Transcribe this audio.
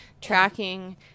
tracking